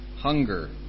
hunger